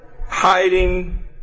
hiding